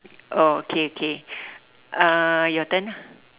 oh okay okay uh your turn